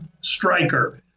striker